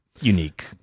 unique